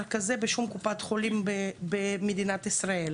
סטנדרט כזה בשום קופת חולים במדינת ישראל.